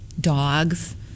dogs